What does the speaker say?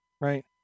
Right